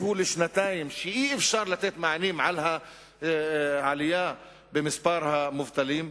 הוא לשנתיים אי-אפשר לתת מענים על העלייה במספר המובטלים.